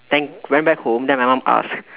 then went back home then my mum ask